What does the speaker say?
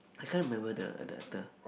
I can't remember the the the